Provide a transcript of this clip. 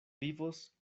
vivos